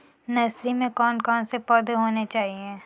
Nursery में कौन कौन से पौधे होने चाहिए?